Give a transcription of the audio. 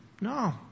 no